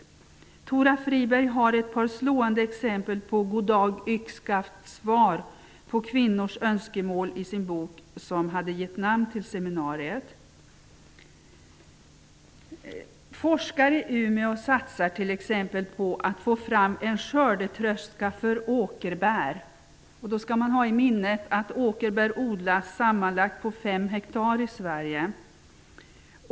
Tora Friberg har i sin bok, som hade gett namn till seminariet, ett par slående exempel på ''goddagyxskaft-svar'' på kvinnors önskemål. Forskare i Umeå satsar t.ex. på att få fram en skördetröska för åkerbär. Då skall man ha i minnet att åkerbär odlas på sammanlagt 5 hektar i Sverige.